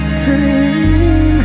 time